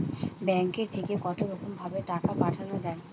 ব্যাঙ্কের থেকে কতরকম ভাবে টাকা পাঠানো য়ায়?